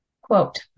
Quote